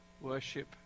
worship